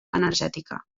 energètica